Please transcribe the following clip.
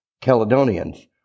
Caledonians